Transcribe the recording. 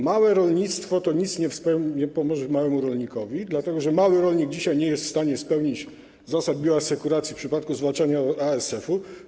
Małe rolnictwo nic nie pomoże małemu rolnikowi, dlatego że mały rolnik dzisiaj nie jest w stanie zrealizować zasad bioasekuracji w przypadku zwalczania ASF-u.